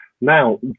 Now